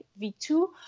V2